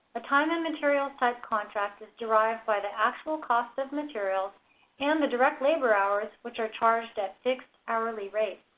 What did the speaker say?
a time and materials type contract is derived by the actual cost of materials and the direct labor hours which are charged at fixed hourly rates.